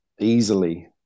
easily